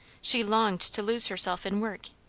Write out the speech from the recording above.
she longed to lose herself in work,